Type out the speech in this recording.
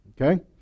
Okay